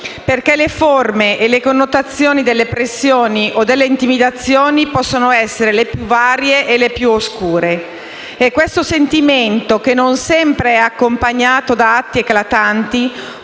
perché le forme e le connotazioni delle pressioni o delle intimidazioni possono essere le più varie e oscure. Questo sentimento, che non sempre è accompagnato da atti eclatanti,